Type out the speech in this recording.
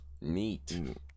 neat